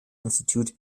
institute